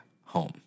home